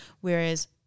Whereas